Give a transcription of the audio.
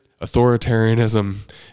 authoritarianism